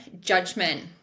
judgment